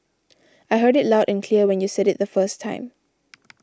I heard you loud and clear when you said it the first time